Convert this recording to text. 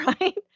right